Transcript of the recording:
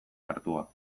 hartua